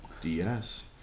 DS